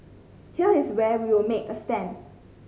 here is where we will make a stand